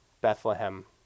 Bethlehem